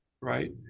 right